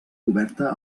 coberta